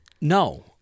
No